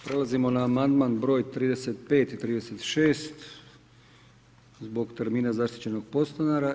Prelazimo na amandman br. 35. i 36. zbor termina zaštićenog podstanara.